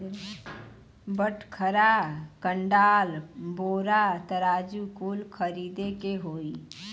बटखरा, कंडाल, बोरा, तराजू कुल खरीदे के होई